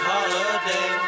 Holiday